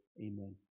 Amen